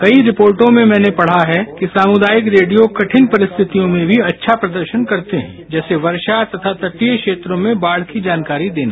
कई रिपोर्टो में मैंने पढा है कि सामुदायिक रेडियो कठिन परिस्थितियों में भी अच्छा प्रदर्शन करते हैं जैसे वर्षा तथा तटीय क्षेत्रों में बाढ़ की जानकारी देना